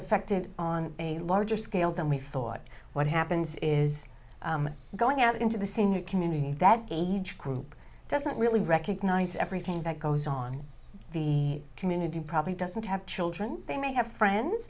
affected on a larger scale than we thought what happens is going out into the same community that age group doesn't really recognize everything that goes on the community probably doesn't have children they may have friends